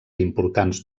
importants